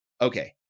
okay